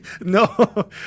No